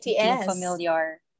familiar